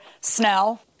Snell